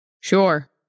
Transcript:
Sure